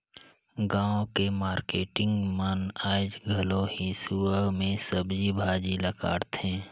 गाँव के मारकेटिंग मन आयज घलो हेसुवा में सब्जी भाजी ल काटथे